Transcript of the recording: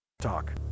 Talk